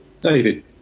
David